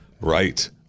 right